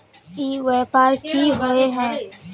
ई व्यापार की होय है?